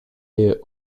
est